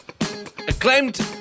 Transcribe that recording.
acclaimed